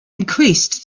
increased